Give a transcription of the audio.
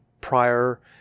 prior